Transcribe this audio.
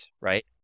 right